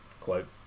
quote